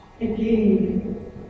Again